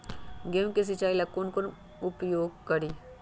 गेंहू के सिंचाई ला कौन मोटर उपयोग करी?